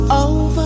over